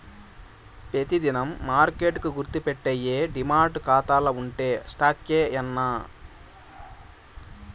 పెతి దినం మార్కెట్ కి గుర్తుపెట్టేయ్యి డీమార్ట్ కాతాల్ల ఉండే స్టాక్సే యాన్నా